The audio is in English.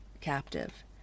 captive